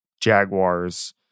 Jaguars